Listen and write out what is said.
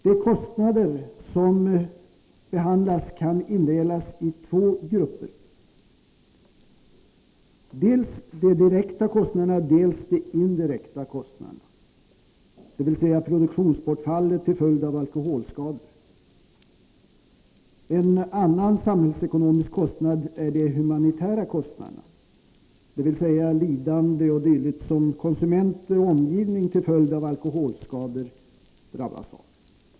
De kostnader som behandlas kan indelas i två grupper: dels de direkta kostnaderna, dels de indirekta kostnaderna, dvs. produktionsbortfallet till följd av alkoholskador. En annan samhällsekonomisk kostnad är de humanitära kostnaderna, dvs. lidande o. d. som konsumenter och omgivning drabbas av till följd av alkoholskador.